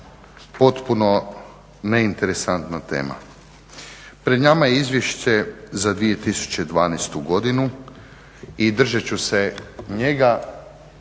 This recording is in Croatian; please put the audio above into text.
potpuno neinteresantna tema. Pred nama je izvješće za 2012. godinu i držat ću se njega